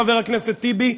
חבר הכנסת טיבי,